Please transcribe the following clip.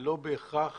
ולא בהכרח